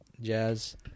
jazz